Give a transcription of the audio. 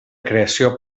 creació